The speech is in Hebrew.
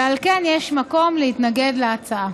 ועל כן יש מקום להתנגד להצעה.